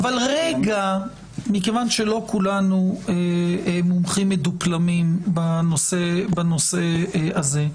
מכיוון שלא כולנו מומחים מדופלמים בנושא הזה,